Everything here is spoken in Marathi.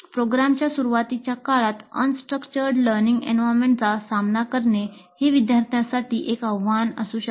प्रोग्रामच्या सुरुवातीच्या काळात या अनस्ट्रक्चर्ड लर्निंग एंवीरोन्मेन्टचा सामना करणेहे विद्यार्थ्यांसाठी एक आव्हान असू शकते